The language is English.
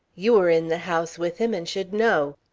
you were in the house with him, and should know.